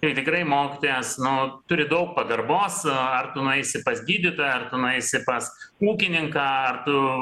tai tikrai mokytojas nu turi daug pagarbos ar tu nueisi pas gydytoją ar tu nueisi pas ūkininką ar tu